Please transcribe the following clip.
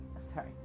sorry